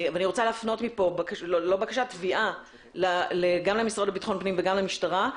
ואני רוצה לפנות מפה תביעה גם למשרד לביטחון הפנים וגם למשטרה,